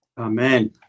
Amen